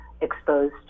exposed